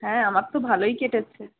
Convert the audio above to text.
হ্যাঁ আমার তো ভালোই কেটেছে